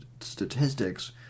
statistics